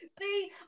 See